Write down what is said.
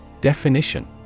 Definition